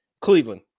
Cleveland